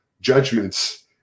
judgments